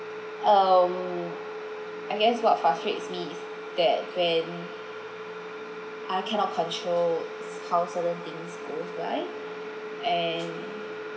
err I guess what frustrates me is that when I cannot controls how certain things goes by and